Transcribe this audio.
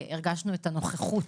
הרגשנו את הנוכחות